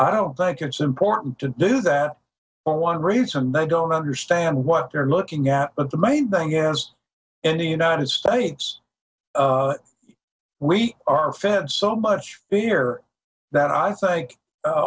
i don't think it's important to do that for one reason they don't understand what they're looking at but the main thing is in the united states we are fed so much here that i think